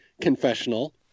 confessional